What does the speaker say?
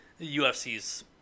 UFC's